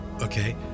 Okay